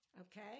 okay